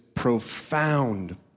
profound